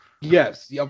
Yes